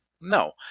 No